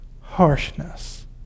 harshness